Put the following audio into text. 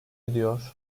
ediyor